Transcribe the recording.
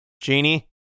Genie